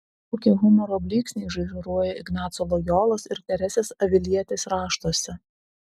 kokie humoro blyksniai žaižaruoja ignaco lojolos ir teresės avilietės raštuose